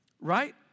right